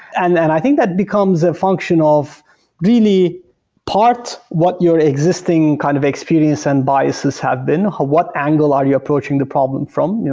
and then i think that becomes a function of really part what your existing kind of experience and biases have been. what angle are you approaching the problem from?